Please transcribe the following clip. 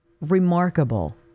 remarkable